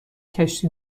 کشتی